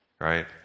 right